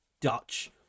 Dutch